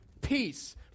peace